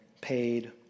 paid